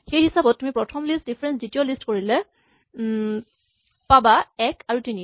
সেই হিচাপত তুমি প্ৰথম লিষ্ট ডিফাৰেঞ্চ দ্বিতীয় খন কৰিলে পাবা ১ ৩